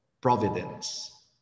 Providence